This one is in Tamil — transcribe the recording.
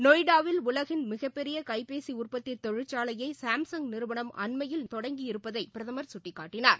நொய்டாவில் உலகின் மிகப்பெரிய கைப்பேசி உற்பத்தி தொழிற்சாலையை சாம்சங் நிறுவனம் அண்மையில் தொடங்கியிருப்பதை பிரதமர் சுட்டிக்காட்டினார்